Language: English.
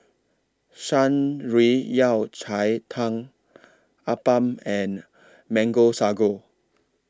Shan Rui Yao Cai Tang Appam and Mango Sago